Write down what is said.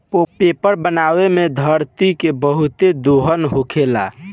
paper बनावे मे धरती के बहुत दोहन होखेला